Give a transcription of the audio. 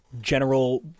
general